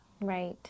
Right